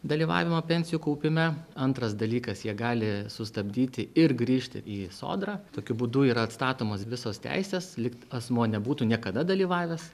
dalyvavimą pensijų kaupime antras dalykas jie gali sustabdyti ir grįžti į sodrą tokiu būdu yra atstatomos visos teisės likt asmuo nebūtų niekada dalyvavęs